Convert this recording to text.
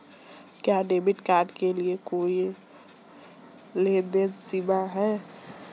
क्या debit card के लिए कोई लेनदेन सीमा है?